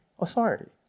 Authority